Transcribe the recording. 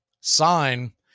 sign